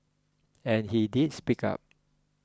and he did speak up